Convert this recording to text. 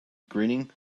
grinning